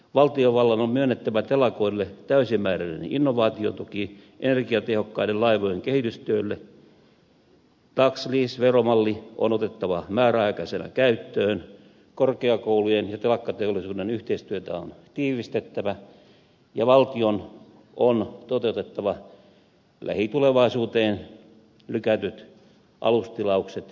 valtiovallan on myönnettävä telakoille täysimääräinen innovaatiotuki energiatehokkaiden laivojen kehitystyölle tax lease veromalli on otettava määräaikaisena käyttöön korkeakoulujen ja telakkateollisuuden yhteistyötä on tiivistettävä ja valtion on toteutettava lähitulevaisuuteen lykätyt alustilaukset viipymättä